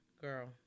Girl